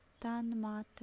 Tanmatra